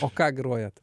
o ką grojat